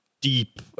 deep